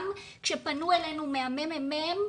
גם כשפנו אלינו מהממ"מ,